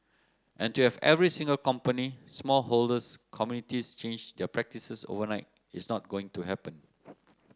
and to have every single company small holders communities change their practices overnight is not going to happen